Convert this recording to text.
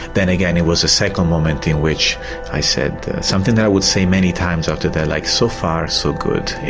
then again it was a second moment in which i said something that i would say many times after that, like so far so good,